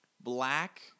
black